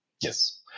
Yes